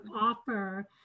offer